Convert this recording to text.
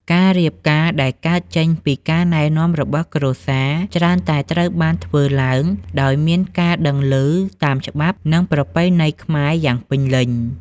ការរៀបការដែលកើតចេញពីការណែនាំរបស់គ្រួសារ ច្រើនតែត្រូវបានធ្វើឡើងដោយមានការដឹងឮតាមច្បាប់ និងប្រពៃណីខ្មែរយ៉ាងពេញលេញ។